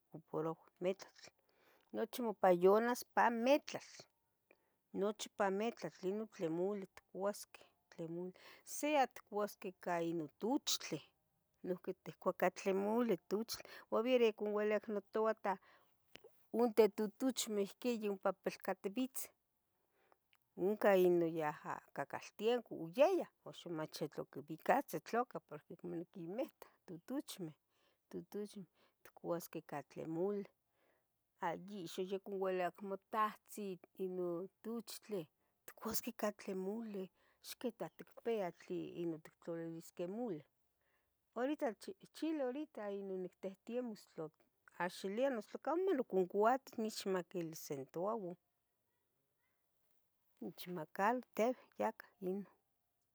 Oc poro metlatl, nochi mopayanas pa metlatl, nochi pametlatl inon tlen muli itcuasqueh, tlen muli, sea itcuasqueh ica inon tuchtleh nohqui tehcoca tlen muli tuchtli o aver oconcualicac notoutah unte tutuchmeh ihqui yompa pilcatibitzeh ohcan inon yaha cacaltenco oyoyah oxomachetlamaquibicatze tlacah porque maniquimitah tutuchmeh, tutuchmeh itcuasqueh ica tlen mule hay ixyoconualicac motahtzin inon tuchtle ¡itcuasqueh ica tlen mule! ¡ixquita ticpiah inon tlen ittlalilisque tlen mule! horita chichile horita inon nictehtemos tla cahxilia noso tlacamo niconcuati nechmomaquilis centuavo nechmacalteb yacah inon